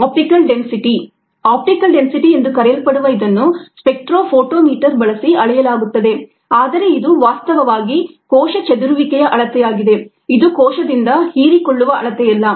optical density optical density ಎಂದು ಕರೆಯಲ್ಪಡುವ ಇದನ್ನು ಸ್ಪೆಕ್ಟ್ರೋಫೋಟೋಮೀಟರ್ ಬಳಸಿ ಅಳೆಯಲಾಗುತ್ತದೆ ಆದರೆ ಇದು ವಾಸ್ತವವಾಗಿ ಕೋಶ ಚದುರುವಿಕೆಯ ಅಳತೆಯಾಗಿದೆ ಇದು ಕೋಶದಿಂದ ಹೀರಿಕೊಳ್ಳುವ ಅಳತೆಯಲ್ಲ